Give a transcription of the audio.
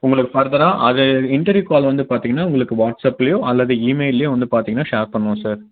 உங்களுக்கு ஃபர்தராக அதை இன்டர்வியூ கால் வந்து பார்த்தீங்கன்னா உங்களுக்கு வாட்ஸ்ஆப்லேயோ அல்லது இமெயில்லேயோ வந்து பார்த்தீங்கன்னா ஷேர் பண்ணுவோம் சார்